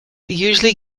usually